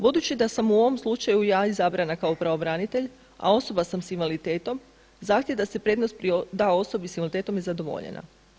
Budući da sam u ovom slučaju ja izabrana kao pravobranitelj, a osoba sam s invaliditetom, zahtjev da se prednost da osobi s invaliditetom je zadovoljena.